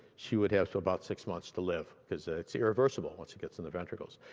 she'd have so about six months to live because ah it's irreversible once it gets in the ventricles.